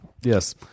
Yes